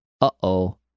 uh-oh